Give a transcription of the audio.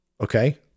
Okay